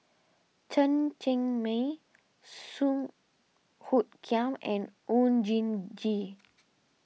Chen Cheng Mei Song Hoot Kiam and Oon Jin Gee